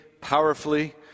powerfully